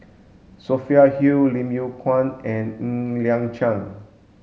Sophia Hull Lim Yew Kuan and Ng Liang Chiang